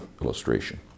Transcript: illustration